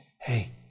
hey